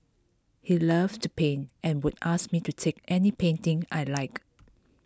he loved to paint and would ask me to take any painting I liked